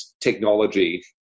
technology